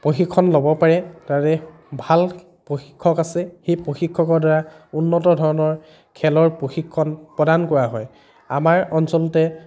প্ৰশিক্ষণ ল'ব পাৰে তাৰে ভাল প্ৰশিক্ষক আছে সেই প্ৰশিক্ষকৰদ্বাৰা উন্নত ধৰণৰ খেলৰ প্ৰশিক্ষণ প্ৰদান কৰা হয় আমাৰ অঞ্চলতে